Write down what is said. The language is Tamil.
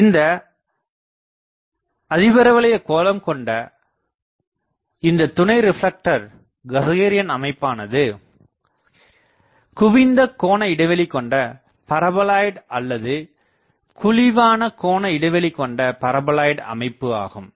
இங்கு இந்த அதிபரவளைய கோளம் கொண்ட இந்த துணை ரெப்லெக்டர் கஸக்ரேயன் அமைப்பானது குவிந்த கோண இடைவெளி கொண்ட பரபோலாய்ட் அல்லது குழிவான கோண இடைவெளி கொண்ட பரபோலாய்ட் அமைப்பு ஆகும்